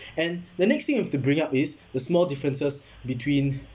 and the next thing we have to bring up is the small differences between